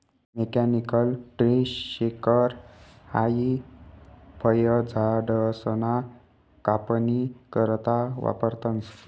mechanical tree shaker हाई फयझाडसना कापनी करता वापरतंस